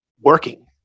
working